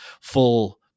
full